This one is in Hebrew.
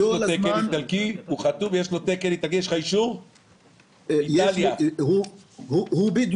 יש לך אישור שהוא עומד בתקן האיטלקי?